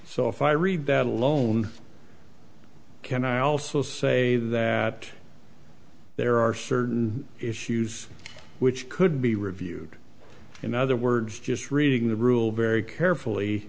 so if i read that alone can i also say that there are certain issues which could be reviewed in other words just reading the rule very carefully